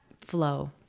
flow